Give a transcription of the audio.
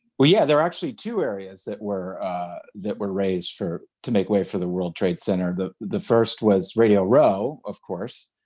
yeah, there are actually two areas that were that were razed for to make way for the world trade center. the the first was radio row, of course,